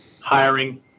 hiring